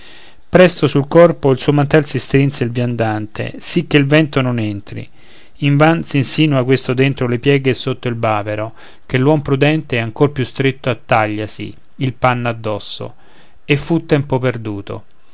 presto sul corpo il suo mantel si strinse il viandante sì che il vento non entri invan s'insinua questo dentro le pieghe e sotto il bavero ché l'uom prudente ancor più stretto attagliasi il panno al dosso e fu tempo perduto